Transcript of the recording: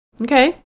Okay